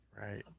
right